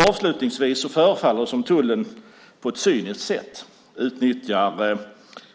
Avslutningsvis förefaller det som om tullen på ett cyniskt sätt utnyttjar